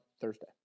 Thursday